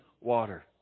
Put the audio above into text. water